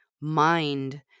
mind